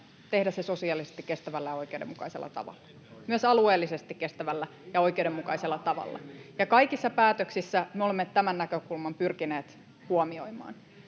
tehdä se sosiaalisesti kestävällä ja oikeudenmukaisella tavalla, myös alueellisesti kestävällä ja oikeudenmukaisella tavalla. Kaikissa päätöksissä me olemme tämän näkökulman pyrkineet huomioimaan,